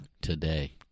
today